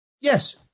Yes